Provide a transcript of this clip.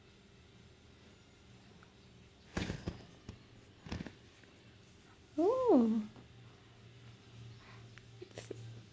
oh